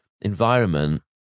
environment